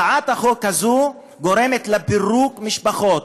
הצעת החוק הזאת גורמת לפירוק משפחות,